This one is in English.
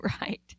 right